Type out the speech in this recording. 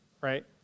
right